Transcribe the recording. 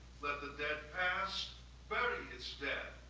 let the dead past bury its dead.